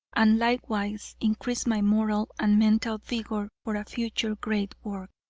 and likewise increase my moral and mental vigor for a future great work.